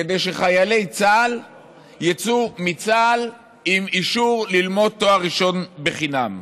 כדי שחיילי צה"ל יצאו מצה"ל עם אישור ללמוד תואר ראשון בחינם.